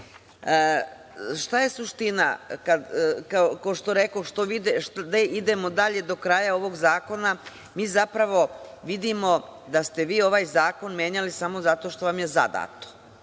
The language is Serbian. šta je suština, gde idemo dalje do kraja ovog zakona? Mi zapravo vidimo da ste vi ovaj zakon menjali samo zato što vam je zadato,